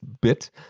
bit